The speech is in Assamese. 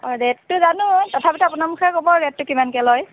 অঁ ৰেটটো জানোঁ তথাপিতো আপোনাৰ মুখেৰে ক'ব ৰেটটো কিমানকৈ লয়